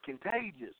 contagious